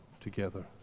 together